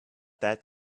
that